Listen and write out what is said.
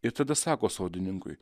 ir tada sako sodininkui